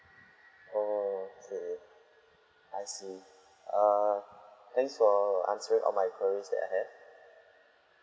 okay I see err thank for answering all my queries that I have